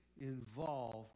involved